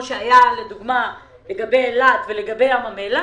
שהיה לדוגמה לגבי אילת ולגבי ים המלח,